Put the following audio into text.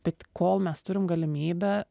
bet kol mes turim galimybę